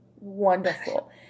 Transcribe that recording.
wonderful